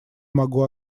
могу